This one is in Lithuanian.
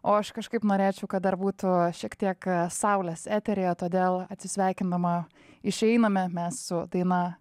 o aš kažkaip norėčiau kad dar būtų šiek tiek saulės eteryje todėl atsisveikindama išeiname mes su daina